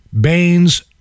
Baines